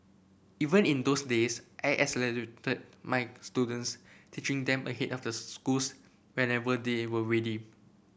even in those days I accelerated my students teaching them ahead of their schools whenever they were ready